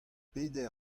peder